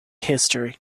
history